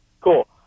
Cool